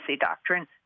doctrine